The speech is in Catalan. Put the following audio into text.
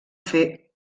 fer